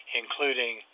including